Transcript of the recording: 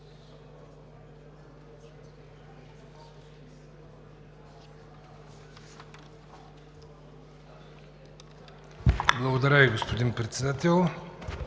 Благодаря Ви, господин Председател.